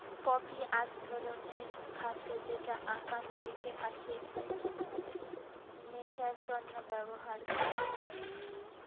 poppy আক ধরণের খাদ্য যেটা আকাম থেকে আসে নেশার তন্ন ব্যবহার করাং